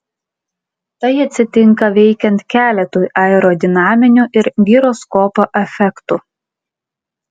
tai atsitinka veikiant keletui aerodinaminių ir giroskopo efektų